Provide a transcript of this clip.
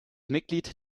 mitglied